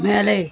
மேலே